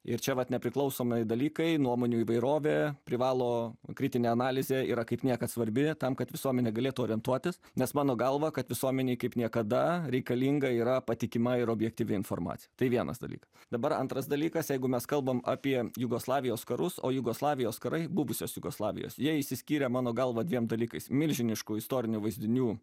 ir čia vat nepriklausomai dalykai nuomonių įvairovė privalo kritinė analizė yra kaip niekad svarbi tam kad visuomenė galėtų orientuotis nes mano galva kad visuomenei kaip niekada reikalinga yra patikima ir objektyvi informacija tai vienas dalykas dabar antras dalykas jeigu mes kalbam apie jugoslavijos karus o jugoslavijos karai buvusios jugoslavijos jie išsiskyrė mano galva dviem dalykais milžiniškų istorinių vaizdinių